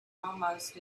almost